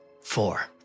four